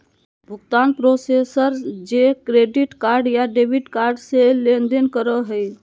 भुगतान प्रोसेसर जे credit card या डेबिट कार्ड से लेनदेन करो हइ